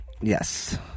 Yes